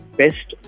best